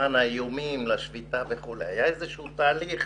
האיומים בשביתה היה תהליך